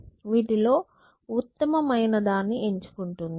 వీటిలో ఉత్తమైన దాన్ని ఎంచుకుంటుంది